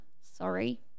sorry